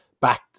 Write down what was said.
back